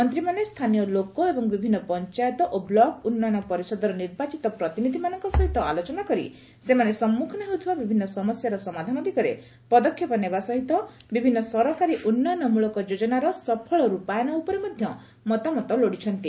ମନ୍ତ୍ରୀମାନେ ସ୍ଥାନୀୟ ଲୋକ ଏବଂ ବିଭିନ୍ନ ପଞ୍ଚାୟତ ଓ ବ୍ଲକ ଉନ୍ନୟନ ପରିଷଦର ନିର୍ବାଚିତ ପ୍ରତିନିଧିମାନଙ୍କ ସହିତ ଆଲୋଚନା କରି ସେମାନେ ସମ୍ମୁଖୀନ ହେଉଥିବା ବିଭିନ୍ନ ସମସ୍ୟାର ସମାଧାନ ଦିଗରେ ପଦକ୍ଷେପ ନେବା ସହିତ ବିଭିନ୍ନ ସରକାରୀ ଉନ୍ନୟନମୂଳକ ଯୋକ୍ତନାର ସଫଳ ରୂପାୟନ ଉପରେ ମଧ୍ୟ ମତାମତ ଲୋଡିଛନ୍ତି